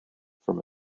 from